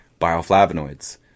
bioflavonoids